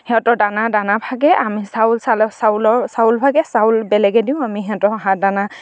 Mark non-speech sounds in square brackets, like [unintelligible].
সিহঁতৰ দানা দানা ভাগে আমি চাউল চাউল চাউলৰ চাউল ভাগে চাউল বেলেগে দিওঁ আমি সিহঁতৰ [unintelligible] দানা